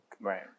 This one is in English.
right